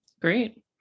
Great